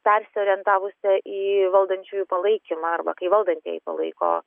persiorientavusi į valdančiųjų palaikymą arba kai valdantieji palaiko